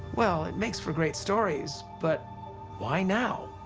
well, it makes for great stories, but why now?